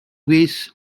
waste